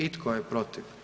I tko je protiv?